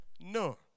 No